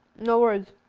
no words.